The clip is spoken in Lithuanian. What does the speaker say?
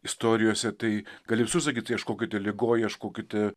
istorijose tai gali visur sakyt ieškokite ligoj ieškokite